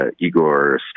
Igor